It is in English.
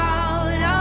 out